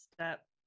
step